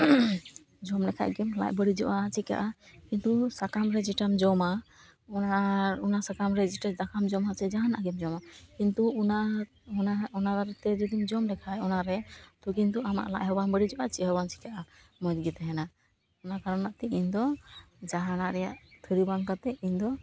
ᱡᱚᱢ ᱞᱮᱠᱷᱟᱡ ᱜᱮᱢ ᱞᱟᱡ ᱵᱟᱹᱲᱤᱡᱚᱜᱼᱟ ᱪᱤᱠᱟᱹᱜᱼᱟ ᱠᱤᱱᱛᱩ ᱥᱟᱠᱟᱢ ᱨᱮ ᱡᱮᱴᱟᱢ ᱡᱚᱢᱟ ᱚᱱᱟ ᱥᱟᱠᱟᱢ ᱨᱮ ᱡᱮᱴᱟ ᱫᱟᱠᱟᱢ ᱡᱚᱢᱟ ᱥᱮ ᱡᱟᱦᱟᱱᱟᱜ ᱜᱮᱢ ᱡᱚᱢᱟ ᱠᱤᱱᱛᱩ ᱚᱱᱟᱛᱮ ᱡᱩᱫᱤᱢ ᱡᱚᱢ ᱞᱮᱠᱷᱟᱡ ᱚᱱᱟ ᱨᱮ ᱛᱚ ᱠᱤᱱᱛᱩ ᱟᱢᱟᱜ ᱞᱟᱡ ᱦᱚᱸ ᱵᱟᱢ ᱵᱟᱹᱲᱤᱡᱚᱜᱼᱟ ᱪᱮᱫ ᱦᱚᱸ ᱵᱟᱝ ᱪᱤᱠᱟᱹᱜᱼᱟ ᱢᱚᱡᱽ ᱜᱮ ᱛᱟᱦᱮᱸᱱᱟ ᱚᱱᱟ ᱠᱟᱨᱚᱱ ᱛᱮ ᱤᱧ ᱫᱚ ᱡᱟᱦᱟᱱᱟᱜ ᱨᱮᱭᱟᱜ ᱛᱷᱟᱹᱨᱤ ᱵᱟᱝ ᱠᱟᱛᱮ ᱤᱧ ᱫᱚ